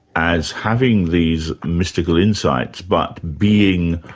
as having these mystical insights, but being,